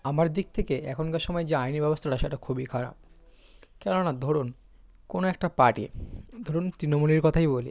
আমার দিক থেকে এখনকার সময়ের যে আইনি ব্যবস্থাটা সেটা খুবই খারাপ কেননা ধরুন কোনো একটা পার্টি ধরুন তৃণমূলের কথাই বলি